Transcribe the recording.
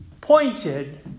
pointed